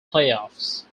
playoffs